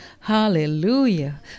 Hallelujah